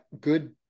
good